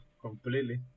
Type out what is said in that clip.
completely